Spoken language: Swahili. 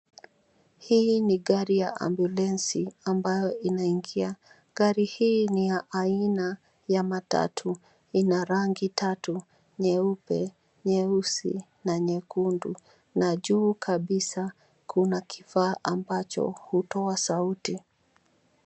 Hii ni gari ya ambulensi ambayo inaingia. Gari hii ni ya aina ya matatu. Ina rangi tatu nyeupe, nyeusi na nyekundu na juu kabisa kuna kifaa ambacho hutoa sauti.